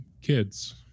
kids